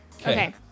Okay